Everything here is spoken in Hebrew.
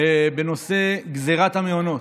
היום בנושא גזרת המעונות,